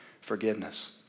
forgiveness